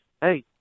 Hey